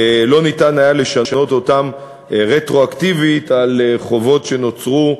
לא ניתן היה לשנות אותן רטרואקטיבית על חובות שנוצרו,